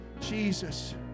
Jesus